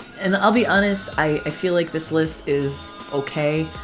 and i'll be honest, i feel like this list is okay.